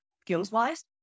skills-wise